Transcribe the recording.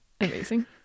Amazing